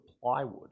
plywood